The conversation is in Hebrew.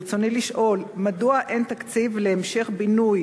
ברצוני לשאול: מדוע אין תקציב להמשך בינוי